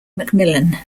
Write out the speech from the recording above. macmillan